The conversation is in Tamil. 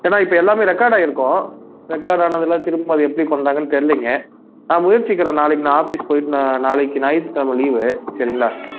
ஏன்னால் இப்போ எல்லாமே ரெக்கார்ட் ஆகிருக்கும் ரெக்கார்ட் ஆனதுல்லாம் திரும்ப அது எப்படி பண்ணுறாங்கன்னு தெரிலிங்க நான் முயற்சிக்கிறேன் நாளைக்கு நான் ஆஃபிஸ் போயிட்டு நான் நாளைக்கு ஞாயித்துக்கிலம லீவு சரிங்களா